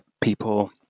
people